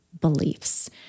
beliefs